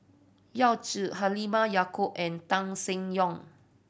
Yao Zi Halimah Yacob and Tan Seng Yong